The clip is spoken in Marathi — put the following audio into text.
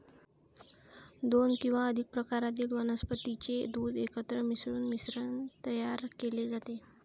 दोन किंवा अधिक प्रकारातील वनस्पतीचे दूध एकत्र मिसळून मिश्रण तयार केले जाते